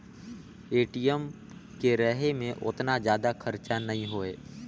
ATM के रहें मे ओतना जादा खरचा नइ होए